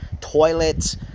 toilets